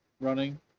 running